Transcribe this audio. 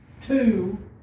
two